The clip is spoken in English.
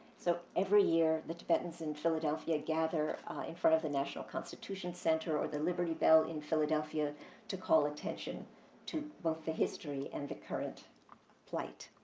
so, every year, the tibetans in philadelphia gather in front of the national constitution center or the liberty bell in philadelphia to call attention to both the history and the current plight.